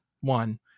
one